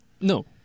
No